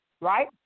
Right